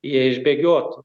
jie išbėgiotų